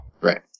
Right